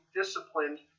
disciplined